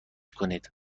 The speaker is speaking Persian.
کنید